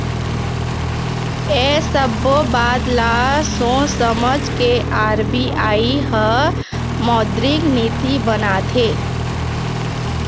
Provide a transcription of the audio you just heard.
ऐ सब्बो बात ल सोझ समझ के आर.बी.आई ह मौद्रिक नीति बनाथे